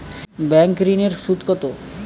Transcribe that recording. Bank ঋন এর সুদ কত?